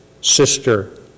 sister